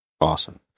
Awesome